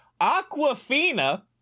Aquafina